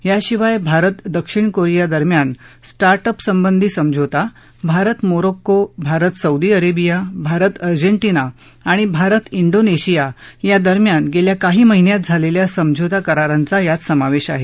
याशिवाय भारत दक्षिण कोरिया दरम्यान स्टार्ट अप संबंधी समझोता Bharat Morocco Bharat Saudi Arabia Bharat Argentina आणि भारत डीनिशिया या दरम्यान गेल्या काही महिन्यात झालेल्या समझोता करारांचा समावेश आहे